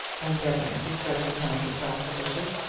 endeavouring to stretch his hand across the bushes.